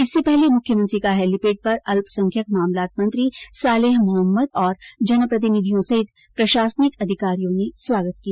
इससे पहले मुख्यमंत्री का हैलीपैड पर अल्पसंख्यक मामलात मंत्री सालेह मोहम्मद और जनप्रतिनिधियों सहित प्रशासनिक अधिकारियों ने स्वागत किया